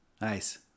Nice